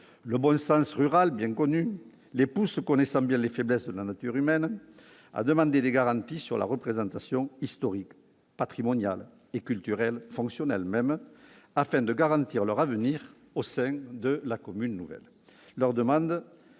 Le bon sens rural les pousse, car ils connaissent bien les faiblesses de la nature humaine, à demander des garanties sur la représentation historique, patrimoniale et culturelle, fonctionnelle même, afin de garantir leur avenir au sein de la commune nouvelle. Leur demande